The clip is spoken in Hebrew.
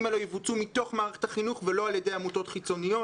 האלה יבוצעו מתוך מערכת החינוך ולא על ידי עמותות חיצוניות.